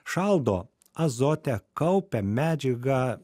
šaldo azote kaupia medžiagą